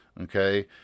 okay